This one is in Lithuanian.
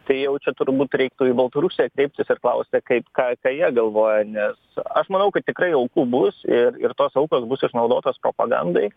tai jau čia turbūt reiktų į baltarusiją kreiptis ir klausti kaip ką ką jie galvoja nes aš manau kad tikrai aukų bus ir ir tos aukos bus išnaudotos propagandai